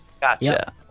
Gotcha